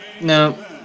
No